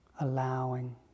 allowing